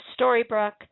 Storybrooke